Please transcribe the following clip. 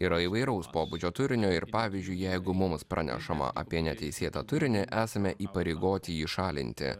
yra įvairaus pobūdžio turinio ir pavyzdžiui jeigu mums pranešama apie neteisėtą turinį esame įpareigoti jį šalinti